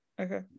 okay